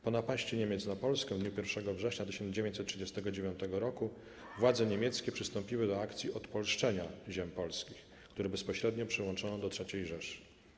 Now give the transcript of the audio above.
Po napaści Niemiec na Polskę w dniu 1 września 1939 r. władze niemieckie przystąpiły do akcji 'odpolszczenia' ziem polskich, które bezpośrednio przyłączono do III Rzeszy.